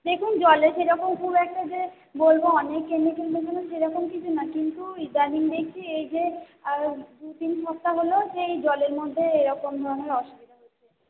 দেখুন জলে সেরকম খুব একটা যে বলব অনেক কেমিকেল মেশানো সেরকম কিছু না কিন্তু ইদানিং দেখছি এই যে দু তিন সপ্তাহ হলো যে এই জলের মধ্যে এরকম ধরনের অসুবিধা হচ্ছে